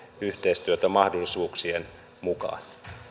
yhteistyötä mahdollisuuksien mukaan